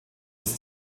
des